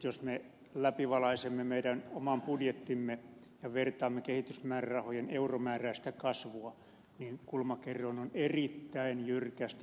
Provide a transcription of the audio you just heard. jos me läpivalaisemme meidän oman budjettimme ja vertaamme kehitysyhteistyömäärärahojen euromääräistä kasvua niin kulmakerroin erittäin jyrkästi kasvava